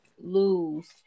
lose